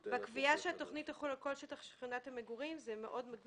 בקביעה כי התוכנית תחול על כל שטח שכונת המגורים מגבילה